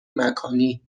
مکانی